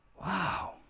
wow